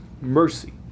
mercy